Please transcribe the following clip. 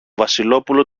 βασιλόπουλο